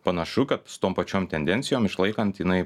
panašu kad su tom pačiom tendencijom išlaikant jinai